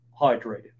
hydrated